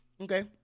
Okay